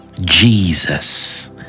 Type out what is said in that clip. jesus